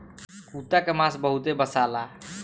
कुता के मांस बहुते बासाला